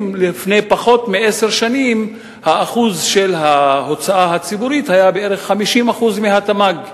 לפני פחות מעשר שנים האחוז של ההוצאה הציבורית היה בערך 50% מהתמ"ג,